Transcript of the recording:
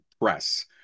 press